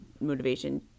motivation